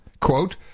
Quote